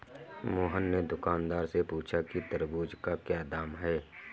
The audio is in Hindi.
मोहन ने दुकानदार से पूछा कि तरबूज़ का क्या दाम है?